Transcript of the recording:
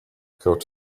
coach